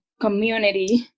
community